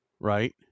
Right